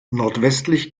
nordwestlich